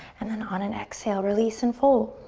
and then on an exhale, release and fold.